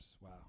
Wow